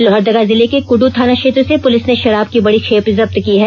लोहरदगा जिले के कुड़ू थाना क्षेत्र से पुलिस ने शराब की बड़ी खेप जब्त की है